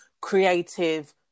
creative